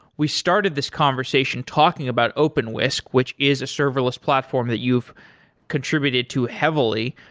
we started this conversation talking about openwhisk, which is a serverless platform that you've contributed to heavily.